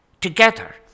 Together